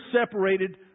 separated